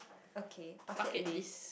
okay bucket list